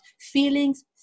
feelings